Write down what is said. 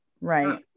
right